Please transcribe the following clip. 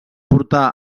portar